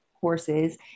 courses